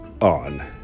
on